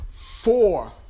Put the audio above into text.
four